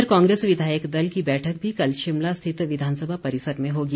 इधर कांग्रेस विधायक दल की बैठक भी कल शिमला स्थित विधानसभा परिसर में होगी